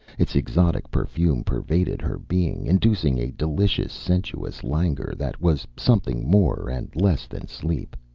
its exotic perfume pervaded her being, inducing a delicious, sensuous languor that was something more and less than sleep.